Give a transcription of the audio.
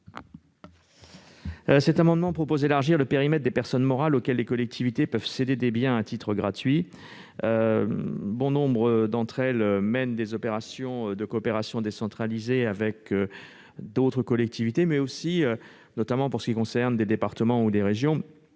Cet amendement tend à élargir le périmètre des personnes morales auxquelles les collectivités peuvent céder des biens à titre gratuit. Bon nombre de ces dernières mènent des opérations de coopération décentralisée avec d'autres collectivités, mais aussi, notamment pour ce qui concerne les départements ou les régions,